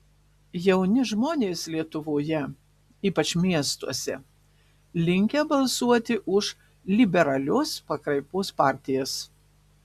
jauni žmonės lietuvoje ypač miestuose linkę balsuoti už liberalios pakraipos partijas